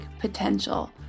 potential